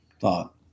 thought